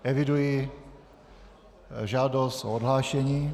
Eviduji žádost o odhlášení.